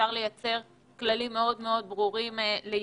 אפשר לייצר כללים מאוד מאוד ברורים לאימונים.